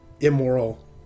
immoral